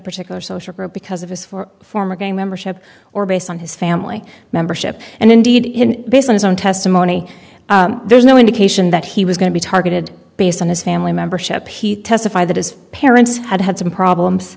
particular social group because of his four former gang membership or based on his family membership and indeed in based on his own testimony there's no indication that he was going to be targeted based on his family membership he testified that as parents had had some problems